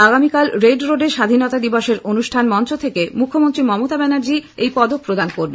আগামীকাল রেড রোডে স্বাধীনতা দিবসের অনুষ্ঠান মঞ্চ থেকে মুখ্যমন্ত্রী মমতা ব্যানার্জি এই পদক প্রদান করবেন